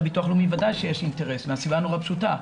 לביטוח לאומי ודאי שיש אינטרס מהסיבה הנורא פשוטה.